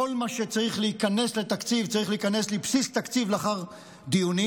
כל מה שצריך להיכנס לתקציב צריך להיכנס לבסיס התקציב לאחר דיונים.